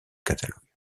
catalogue